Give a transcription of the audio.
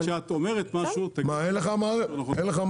כשאת אומרת משהו --- מה, אין לך מערכת?